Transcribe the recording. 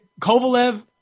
Kovalev